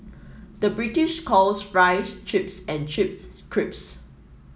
the British calls fries chips and chips crisps